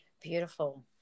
Beautiful